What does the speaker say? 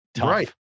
right